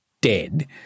dead